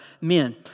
men